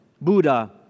Buddha